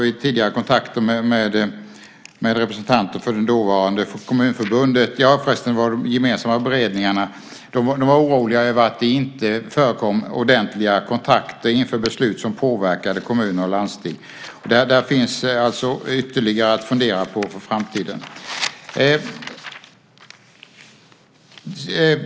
I tidigare kontakter med representanter för det dåvarande Kommunförbundet - beredningarna var förresten gemensamma - kom det fram att de var oroliga för att det inte förekom ordentliga kontakter inför beslut som påverkar kommuner och landsting. Där finns ytterligare saker att fundera på för framtiden.